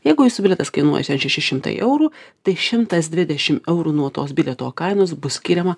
jeigu jūsų bilietas kainuoja šeši šimtai eurų tai šimtas dvidešim eurų nuo tos bilieto kainos bus skiriama